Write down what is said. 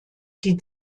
die